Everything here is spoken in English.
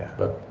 but.